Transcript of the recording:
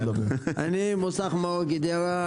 בעל מוסך מגדרה,